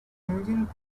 engine